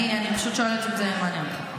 אני פשוט שואלת אם זה מעניין אותך.